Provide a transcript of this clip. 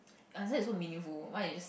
answer is so meaningful mine is